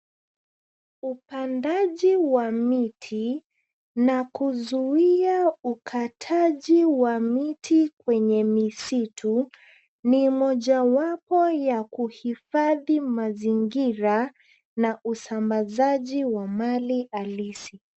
Upandaji wa miti na kuzuia ukataji wa miti ,kwenye misitu ni moja wapo ya kuhifadhi mazingira, na usambazaji wa mali halisi.